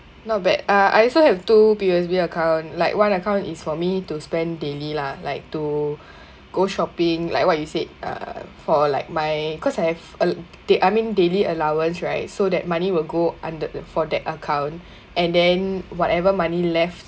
not bad uh I also have two P_O_S_B account like one account is for me to spend daily lah like to go shopping like what you said err for like my cause have uh day I mean daily allowance right so that money will go under the for that account and then whatever money left